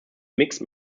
mixed